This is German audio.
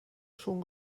schon